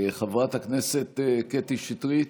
חברת הכנסת קטי שטרית,